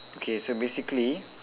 okay so basically